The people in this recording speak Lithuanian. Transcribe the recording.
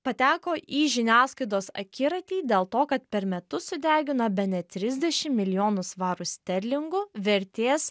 pateko į žiniasklaidos akiratį dėl to kad per metus sudegino bene trisdešim milijonų svarų sterlingų vertės